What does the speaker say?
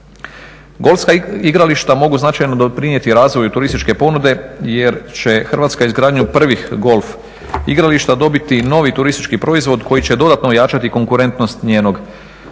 Golfska igrališta mogu značajno doprinijeti razvoju turističke ponude jer će Hrvatska izgradnjom prvih golf igrališta novi turistički proizvod koji će dodatno ojačati konkurentnost njenog